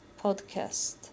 podcast